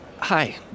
hi